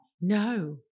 No